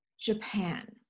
Japan